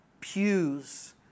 pews